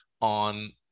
on